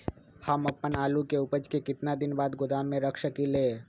हम अपन आलू के ऊपज के केतना दिन बाद गोदाम में रख सकींले?